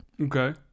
Okay